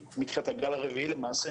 מתחילת הגל הרביעי למעשה,